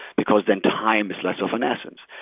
because then time is less of an essence.